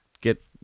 get